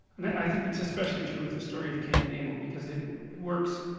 and i think it's especially true with the story of cain and abel because it it works